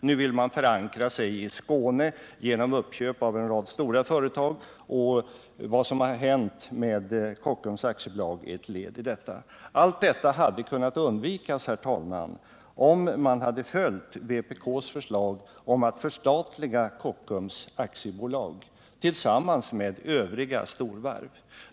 Nu vill man förankra sig i Skåne genom uppköp av en rad stora företag, och vad som hänt med Kockums AB är ett led i detta. Allt detta hade kunnat undvikas, herr talman, om riksdagen hade följt vpk:s förslag om att förstatliga Kockums AB tillsammans med övriga storvarv.